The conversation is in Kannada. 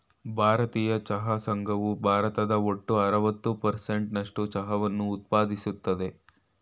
ಭಾರತೀಯ ಚಹಾ ಸಂಘವು ಭಾರತದ ಒಟ್ಟು ಅರವತ್ತು ಪರ್ಸೆಂಟ್ ನಸ್ಟು ಚಹಾವನ್ನ ಉತ್ಪಾದಿಸ್ತದೆ